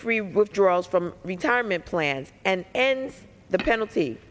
free withdrawals from retirement plans and end the penalt